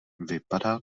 vypadá